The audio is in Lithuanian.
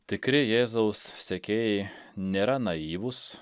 tikri jėzaus sekėjai nėra naivūs